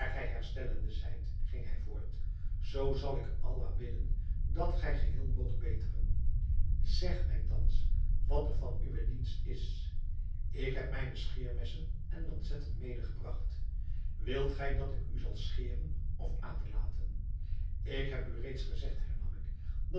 gij herstellende zijt ging hij voort zoo zal ik allah bidden dat gij geheel moogt beteren zeg mij thans wat er van uwe dienst is ik heb mijne scheermessen en lancetten mede gebragt wilt gij dat ik u zal scheren of aderlaten ik heb u reeds gezegd hernam ik